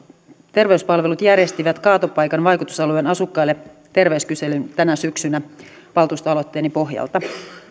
terveyspalvelut järjesti kaatopaikan vaikutusalueen asukkaille terveyskyselyn tänä syksynä valtuustoaloitteeni pohjalta